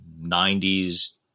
90s